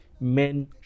men